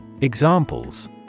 Examples